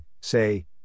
say